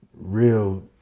real